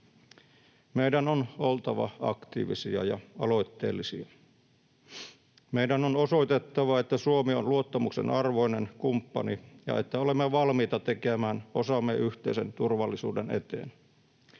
Meidän on oltava aktiivisia ja aloitteellisia. Meidän on osoitettava, että Suomi on luottamuksen arvoinen kumppani ja että olemme valmiita tekemään osamme yhteisen turvallisuuden eteen.